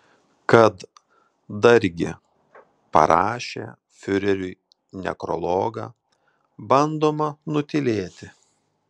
kad dargi parašė fiureriui nekrologą bandoma nutylėti